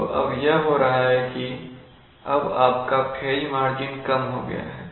तो अब यह हो रहा है कि अब आपका फेज मार्जिन कम हो गया है